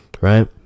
right